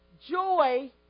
joy